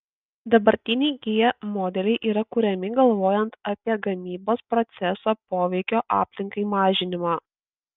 dabartiniai kia modeliai yra kuriami galvojant apie gamybos proceso poveikio aplinkai mažinimą